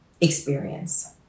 experience